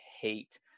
hate